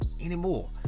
anymore